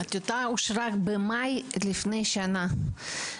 הטיוטה אושרה במאי לפני שנה.